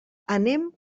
anem